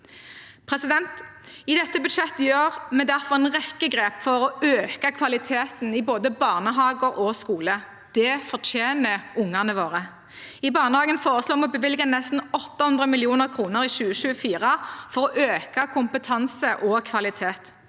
må vi snu. I dette budsjettet tar vi derfor en rekke grep for å øke kvaliteten i både barnehage og skole. Det fortjener ungene våre. I barnehagen foreslår vi å bevilge nesten 800 mill. kr i 2024 for å øke kompetanse og kvalitet.